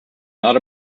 not